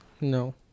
No